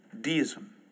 deism